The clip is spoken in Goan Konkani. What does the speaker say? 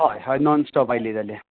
हय हय नॉन स्टोप आयलीं जाल्यार